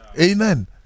amen